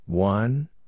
One